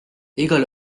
igal